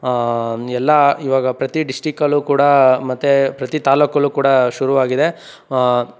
ಎಲ್ಲ ಇವಾಗ ಪ್ರತಿ ಡಿಶ್ಟಿಕಲು ಕೂಡ ಮತ್ತೇ ಪ್ರತಿ ತಾಲ್ಲೂಕಲ್ಲು ಕೂಡ ಶುರುವಾಗಿದೆ